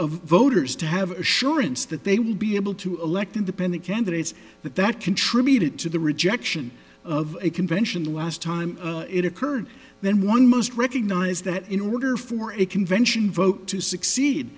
of voters to have assurance that they will be able to elect independent candidates but that contributed to the rejection of a convention the last time it occurred then one must recognize that in order for a convention vote to succeed